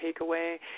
takeaway